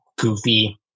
Goofy